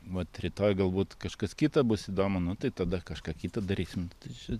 vat rytoj galbūt kažkas kita bus įdomu nu tai tada kažką kitą darysim tai čia